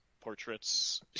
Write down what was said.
portraits